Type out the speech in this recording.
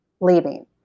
leaving